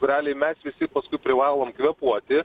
realiai mes visi paskui privalom kvėpuoti